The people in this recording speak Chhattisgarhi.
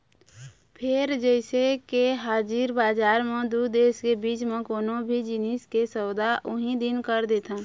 फेर जइसे के हाजिर बजार म दू देश के बीच म कोनो भी जिनिस के सौदा उहीं दिन कर देथन